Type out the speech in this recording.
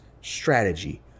strategy